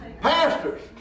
Pastors